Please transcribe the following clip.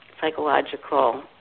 psychological